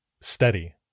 steady